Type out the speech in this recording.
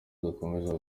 dukomeza